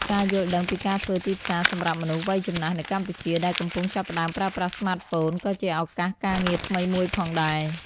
ការយល់ដឹងពីការធ្វើទីផ្សារសម្រាប់មនុស្សវ័យចំណាស់នៅកម្ពុជា ដែលកំពុងចាប់ផ្តើមប្រើប្រាស់ស្មាតហ្វូន ក៏ជាឱកាសការងារថ្មីមួយផងដែរ។